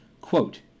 Quote